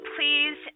Please